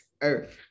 earth